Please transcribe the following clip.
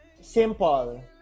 Simple